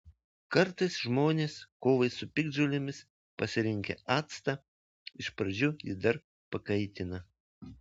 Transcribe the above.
kartais žmonės kovai su piktžolėmis pasirinkę actą iš pradžių jį dar pakaitina